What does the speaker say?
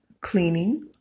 cleaning